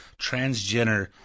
transgender